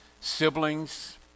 siblings